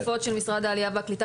יש פעילויות של משרד העלייה והקליטה